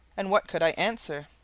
and what could i answer?